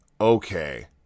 Okay